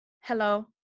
Hello